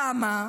למה?